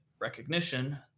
recognition